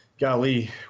golly